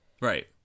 Right